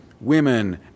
women